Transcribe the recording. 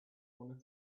wanna